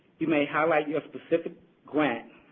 you may highlight your specific grant,